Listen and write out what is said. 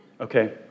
Okay